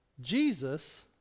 Jesus